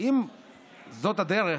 אם זאת הדרך,